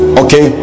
okay